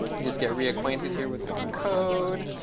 me just get reacquainted here with the code.